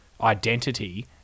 identity